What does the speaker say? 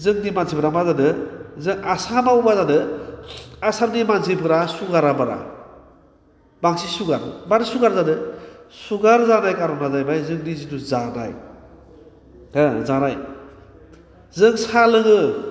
जोंनि मानसिफ्रा मा जादों जों आसामाव मा जादों आसामनि मानसिफोरा सुगारा बारा बांसिन सुगार मानो सुगार जादों सुगार जानाय खार'ना जाहैबाय जोंनि जिथु जानाय हो जानाय जों साहा लोङो